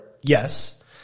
Yes